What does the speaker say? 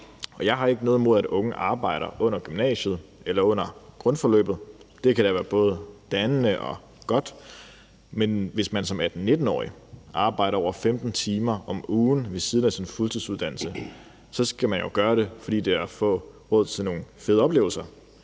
Jeg har ikke noget imod, at unge arbejder, når de går i gymnasiet eller går på grundforløbet. Det kan der være både dannende og godt, men hvis man som 18-19-årig arbejder over 15 timer om ugen ved siden af sin fuldtidsuddannelse, skal man jo gøre det, fordi det giver råd til nogle fede oplevelser,